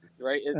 right